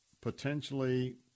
potentially